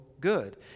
good